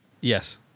Yes